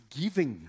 giving